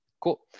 Cool